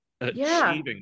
achieving